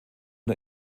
der